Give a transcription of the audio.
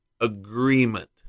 agreement